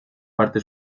parte